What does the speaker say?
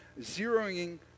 zeroing